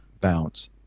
bounce